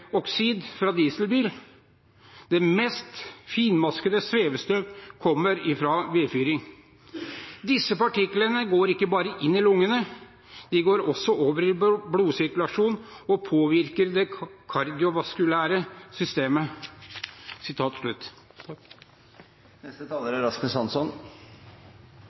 nitrogenoksid fra dieselbiler. Det mest finmaskede svevestøvet kommer fra vedfyring. Disse partiklene går ikke bare inn i lungene, de går også over i blodsirkulasjonen og påvirker det kardiovaskulære systemet.» Takk